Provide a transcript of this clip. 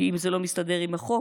כי אם זה לא מסתדר עם החוק,